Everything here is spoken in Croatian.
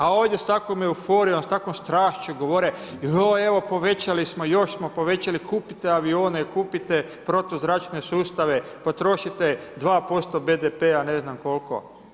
A ovdje s takvom euforijom, s takvom strašću govore, joj evo, povećali smo, još smo povećali, kupite avione, kupite protuzračne sustave, potrošite 2% BDP-a ne znam koliko.